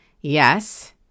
Yes